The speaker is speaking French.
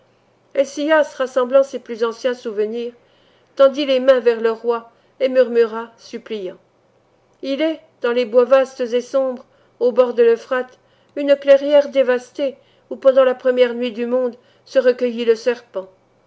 helcias rassemblant ses plus anciens souvenirs tendit les mains vers le roi et murmura suppliant il est dans les bois vastes et sombres aux bords de l'euphrate une clairière dévastée où pendant la première nuit du monde se recueillit le serpent